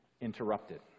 interrupted